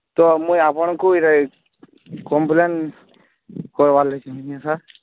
ତ ମୁଇଁ ଆପଣଙ୍କୁ ଇ'ଟା କମ୍ପ୍ଲେନ୍ କରବାର୍ ଲାଗି ଚାହୁଁଛେ ସାର୍